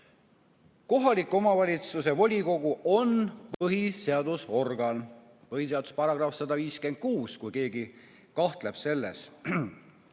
Kohaliku omavalitsuse volikogu on põhiseadusorgan – põhiseaduse § 156, kui keegi kahtleb selles.